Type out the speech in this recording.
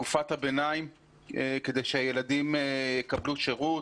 בתקופת הביניים כדי שהילדים יקבלו שירות,